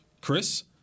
Chris